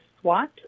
SWAT